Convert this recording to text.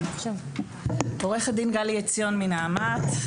עו"ד גלי עציון מנעמת.